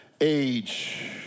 age